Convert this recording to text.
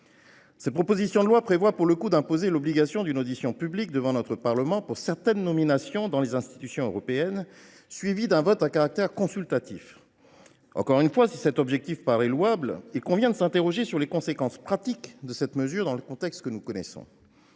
Cette proposition de loi vise à rendre obligatoire une audition publique devant notre Parlement préalablement à certaines nominations au sein des institutions européennes, suivie d’un vote à caractère consultatif. Encore une fois, si cet objectif paraît louable, il convient de s’interroger sur les conséquences pratiques d’une telle mesure dans le contexte que nous connaissons.